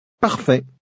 Parfait